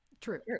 true